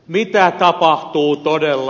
mitä tapahtuu todella